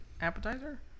appetizer